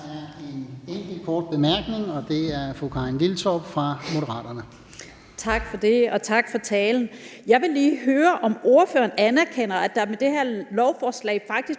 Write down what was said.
med en kort bemærkning, og det er til fru Karin Liltorp fra Moderaterne. Kl. 17:06 Karin Liltorp (M): Tak for det, og tak for talen. Jeg vil lige høre, om ordføreren anerkender, at der med det her lovforslag faktisk